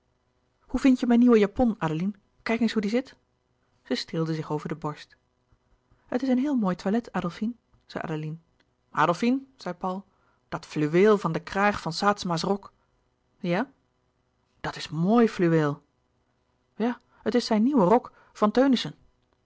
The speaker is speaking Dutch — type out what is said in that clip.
hoe vindt je mijn nieuwe japon adeline kijk eens hoe die zit zij streelde zich over de borst louis couperus de boeken der kleine zielen het is een heel mooi toilet adolfine zei adeline adolfine zei paul dat fluweel van den kraag van saetzema's rok ja dat is moi fluweel ja het is zijn nieuwe rok van